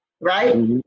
right